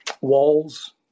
walls